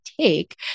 take